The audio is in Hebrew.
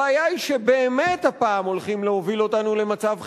הבעיה היא שבאמת הפעם הולכים להוביל אותנו למצב חירום,